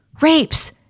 Rapes